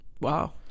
Wow